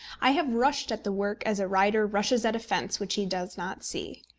i have rushed at the work as a rider rushes at a fence which he does not see.